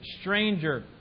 stranger